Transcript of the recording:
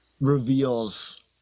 reveals